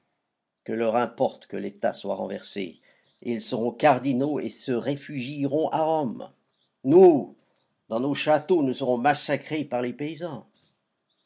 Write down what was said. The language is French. que leur importe que l'état soit renversé ils seront cardinaux et se réfugieront à rome nous dans nos châteaux nous serons massacrés par les paysans